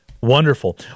Wonderful